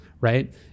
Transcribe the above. Right